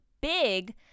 big